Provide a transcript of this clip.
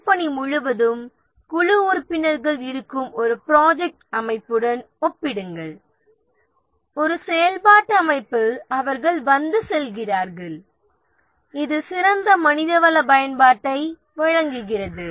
திட்டப்பணி முழுவதும் குழு உறுப்பினர்கள் இருக்கும் ஒரு ப்ராஜெக்ட் அமைப்புடன் ஒப்பிடுங்கள் ஒரு செயல்பாட்டு அமைப்பில் அவர்கள் வந்து செல்கிறார்கள் இது சிறந்த மனிதவள பயன்பாட்டை வழங்குகிறது